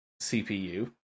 CPU